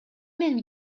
мен